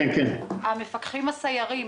המפקחים הסיירים,